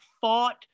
fought